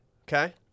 okay